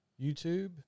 YouTube